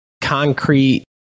concrete